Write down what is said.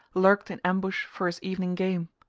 lurked in ambush for his evening game.